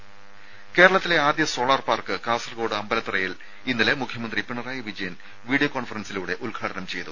രുമ കേരളത്തിലെ ആദ്യ സോളാർ പാർക്ക് കാസർകോട് അമ്പലത്തറയിൽ ഇന്നലെ മുഖ്യമന്ത്രി പിണറായി വിജയൻ വീഡിയോ കോൺഫറൻസിലൂടെ ഉദ്ഘാടനം ചെയ്തു